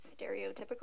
stereotypical